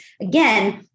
Again